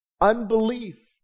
unbelief